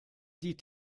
die